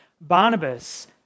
Barnabas